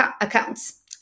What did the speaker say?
accounts